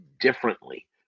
differently